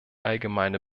allgemeine